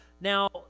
Now